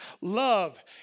Love